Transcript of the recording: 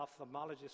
ophthalmologist